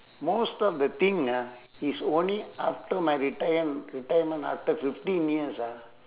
most of the thing ah is only after my retire~ retirement after fifteen years ah